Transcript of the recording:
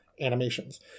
animations